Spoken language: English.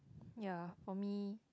ya for me